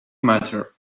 matter